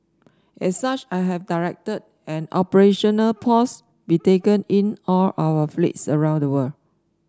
as such I have directed an operational pause be taken in all our fleets around the world